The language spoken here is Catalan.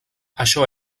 això